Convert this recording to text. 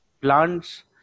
plants